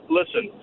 listen